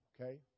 okay